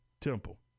Temple